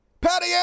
Patty